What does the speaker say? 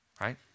Right